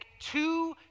two